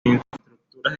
infraestructuras